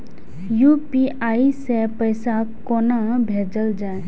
UPI सै पैसा कोना भैजल जाय?